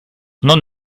non